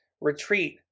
Retreat